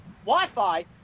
Wi-Fi